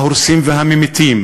ההורסים והממיתים.